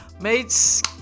mates